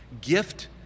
gift